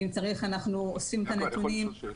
אם צריך אנחנו אוספים את הנתונים,